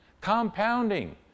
compounding